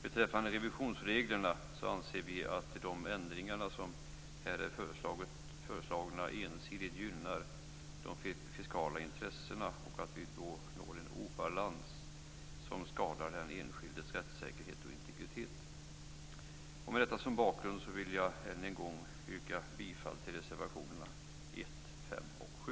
Beträffande revisionsreglerna anser vi att de ändringar som här är föreslagna ensidigt gynnar de fiskala intressena och att vi därigenom får en obalans som skadar den enskildes rättssäkerhet och integritet. Med detta som bakgrund vill jag än en gång yrka bifall till reservationerna 1, 5 och 7.